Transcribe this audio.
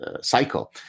cycle